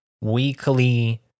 weekly